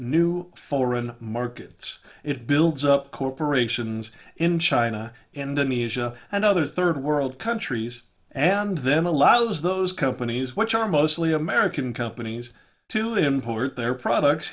new foreign markets it builds up corporations in china and ameesha and other third world countries and them allows those companies which are mostly american companies to import their products